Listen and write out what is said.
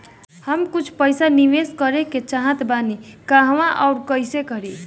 हम कुछ पइसा निवेश करे के चाहत बानी और कहाँअउर कइसे करी?